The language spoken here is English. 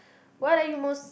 what are you most